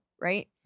Right